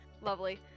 Lovely